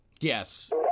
Yes